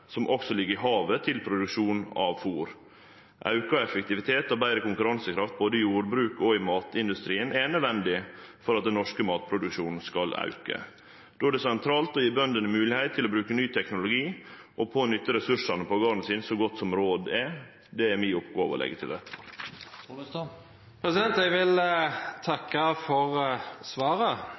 som også ligg i havet, til produksjon av fôr. Auka effektivitet og betre konkurransekraft, både i jordbruket og i matindustrien, er nødvendig for at den norske matproduksjonen skal auke. Då er det sentralt å gje bøndene moglegheit til å bruke ny teknologi og til å nytte ressursane på garden sin så godt som råd er. Det er det mi oppgåve å leggje til rette for. Jeg vil takke for svaret